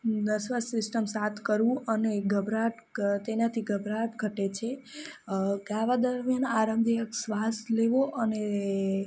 nervous system સાથે કરવું અને ગભરાટ તેનાથી ગભરાટ ઘટે છે ગાવા દરમયાન આરામદાયક શ્વાસ લેવો અને